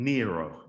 Nero